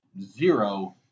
zero